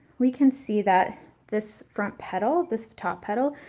we can see that this front petal, this top petal,